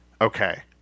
okay